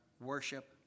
worship